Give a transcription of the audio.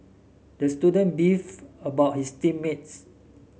the student beefed about his team mates